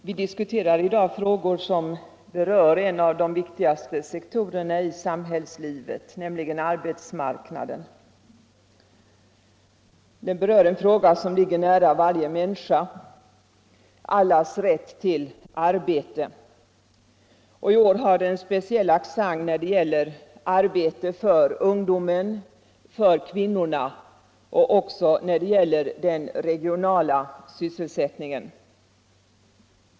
Herr talman! Vi diskuterar i dag en av de viktigaste sektorerna i samhällslivet, nämligen arbetsmarknaden. Därmed berör vi en fråga som ligger nära varje människa: allas rätt till arbete. I år har diskussionen en speciell accent när det gäller arbete för ungdomen och för kvinnorna och när det gäller den regionala sysselsättningen.